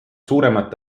suuremat